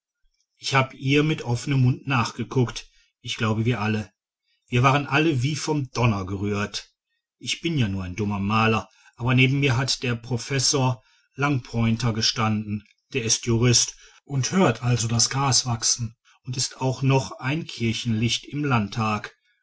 ich hab ihr mit offenem mund nachgeguckt ich glaub wir alle wir waren alle wie vom donner gerührt ich bin ja nur ein dummer maler aber neben mir hat der professor langpointner gestanden der ist jurist und hört also das gras wachsen und ist auch noch ein kirchenlicht im landtag